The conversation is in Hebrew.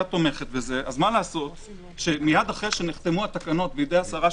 מייד אחרי שנחתמו התקנות בידי השרה שקד,